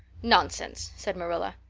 nonsense, said marilla.